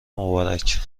مبارک